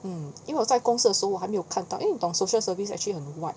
mm 因为我在公司的时候还没有看到因为你懂 social service 其实很 wide